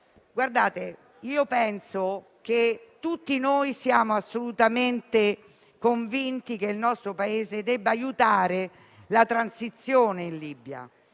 preceduto. Tutti noi siamo assolutamente convinti che il nostro Paese debba aiutare la transizione in Libia